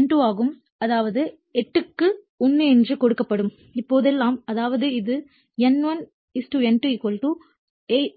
N2 ஆகும் அதாவது 8 க்கு 1 என்று கொடுக்கப்படும் போதெல்லாம் அதாவது இது N1 N2 81 ஆகும்